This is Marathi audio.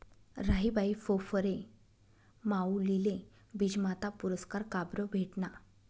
राहीबाई फोफरे माउलीले बीजमाता पुरस्कार काबरं भेटना?